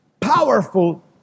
powerful